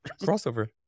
crossover